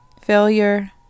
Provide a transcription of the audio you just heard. failure